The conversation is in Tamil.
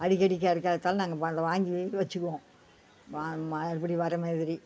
அடிக்கடிக்கு எது கெடைச்சாலும் நாங்கள் அதை வாங்கி வெச்சிக்குவோம் மறுபடி வரமாதிரி